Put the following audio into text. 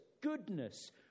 goodness